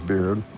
Beard